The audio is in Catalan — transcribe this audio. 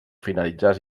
finalitzar